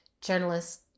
journalists